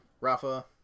Rafa